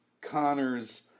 Connor's